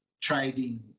trading